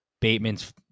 Bateman's